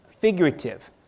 figurative